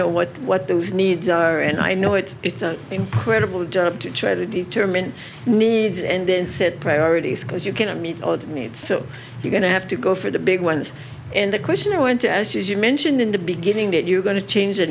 know what what those needs are and i know it's it's an incredible job to try to determine needs and then set priorities because you can meet so you're going to have to go for the big ones and the question i went to as you mentioned in the beginning that you're going to change the